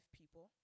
people